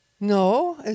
no